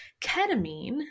ketamine